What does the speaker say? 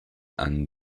and